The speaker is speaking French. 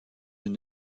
une